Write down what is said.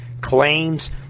claims